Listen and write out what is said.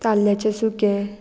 ताल्ल्याचें सुकें